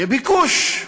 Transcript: יהיה ביקוש.